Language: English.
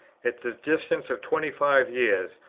at the distance of twenty-five years,